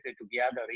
together